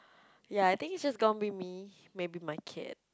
ya I think it's just gonna be me maybe my kid